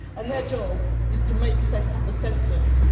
and their job is to make sense of the census.